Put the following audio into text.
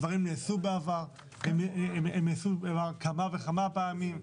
הדברים נעשו בעבר כמה וכמה פעמים,